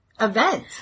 event